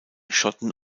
schotten